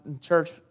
church